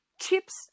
chips